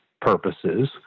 purposes